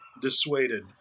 dissuaded